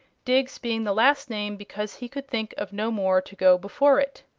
diggs being the last name because he could think of no more to go before it.